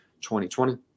2020